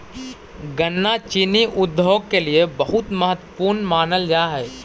गन्ना चीनी उद्योग के लिए बहुत महत्वपूर्ण मानल जा हई